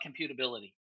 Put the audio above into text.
computability